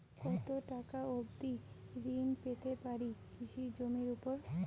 কত টাকা অবধি ঋণ পেতে পারি কৃষি জমির উপর?